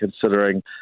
considering